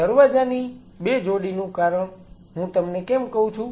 દરવાજાની 2 જોડીનું કારણ હું તમને કેમ કહું છું